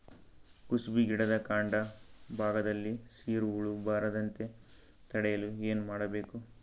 ಕುಸುಬಿ ಗಿಡದ ಕಾಂಡ ಭಾಗದಲ್ಲಿ ಸೀರು ಹುಳು ಬರದಂತೆ ತಡೆಯಲು ಏನ್ ಮಾಡಬೇಕು?